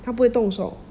他不会动手